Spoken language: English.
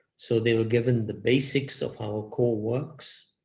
so they were given the basics of our core works,